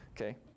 okay